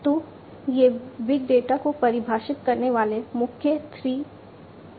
तो ये big data को परिभाषित करने वाले मुख्य 3 V हैं